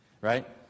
Right